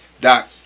Doc